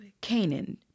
Canaan